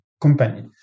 company